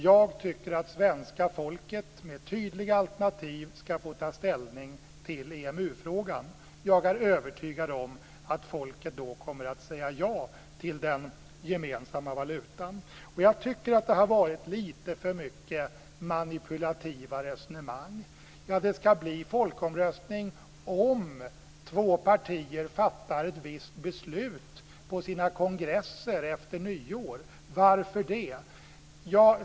Jag tycker att svenska folket med tydliga alternativ ska få ta ställning i EMU-frågan. Jag är övertygad om att folket då kommer att säga ja till den gemensamma valutan. Jag tycker att det har varit lite för mycket manipulativa resonemang. Det ska bli folkomröstning om två partier fattar ett visst beslut på sina kongresser efter nyår. Varför det?